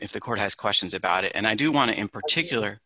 if the court has questions about it and i do want to in particular